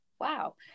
Wow